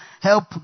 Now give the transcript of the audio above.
help